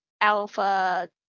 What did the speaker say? Alpha